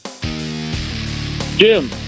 Jim